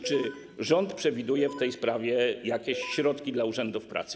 Czy rząd przewiduje w tej sprawie jakieś środki dla urzędów pracy?